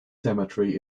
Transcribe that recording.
cemetery